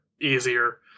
easier